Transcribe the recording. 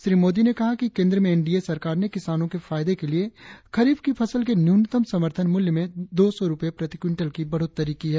श्री मोदी ने कहा कि केंद्र में एनडीए सरकार ने किसानों के फायदे के लिए खरीफ की फसल के न्यूनतम समर्थन मूल्य में दो सौ रुपये प्रति क्विंटल की बढ़ोत्तरी की है